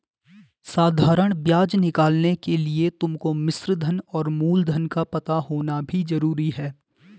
साधारण ब्याज निकालने के लिए तुमको मिश्रधन और मूलधन का पता होना भी जरूरी है